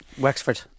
Wexford